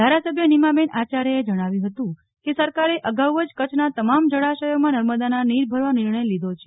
ધારાસભ્ય નિમાબેન આચાર્યએ જણાવ્યું હતું કે સરકારે અગાઉ જ કચ્છના તમામ જળાશયોમાં નર્મદાના નીર ભરવા નિર્ણય લીધો છે